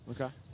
Okay